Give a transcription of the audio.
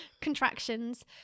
contractions